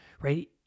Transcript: right